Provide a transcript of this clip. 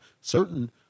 Certain